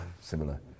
Similar